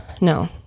No